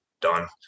Done